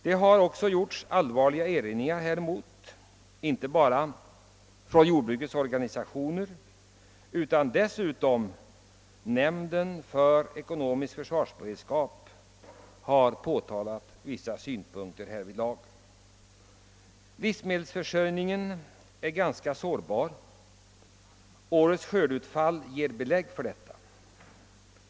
Det har också gjorts allvarliga erinringar inte bara från jordbrukets organisationer — nämnden för ekonomisk försvarsberedskap har också påtalat saken. Livsmedelsförsörjningen är ganska sårbar. Årets skördeutfall ger belägg för detta.